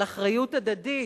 על אחריות הדדית,